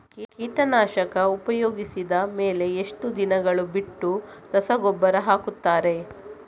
ಕೀಟನಾಶಕ ಉಪಯೋಗಿಸಿದ ಮೇಲೆ ಎಷ್ಟು ದಿನಗಳು ಬಿಟ್ಟು ರಸಗೊಬ್ಬರ ಹಾಕುತ್ತಾರೆ?